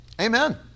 Amen